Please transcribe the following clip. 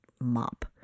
mop